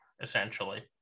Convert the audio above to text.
Essentially